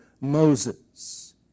Moses